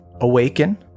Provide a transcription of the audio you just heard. awaken